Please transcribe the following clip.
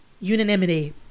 unanimity